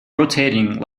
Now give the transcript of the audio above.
rotating